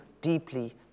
deeply